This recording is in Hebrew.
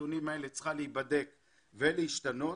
צריכה להיבדק ולהשתנות.